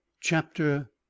chapter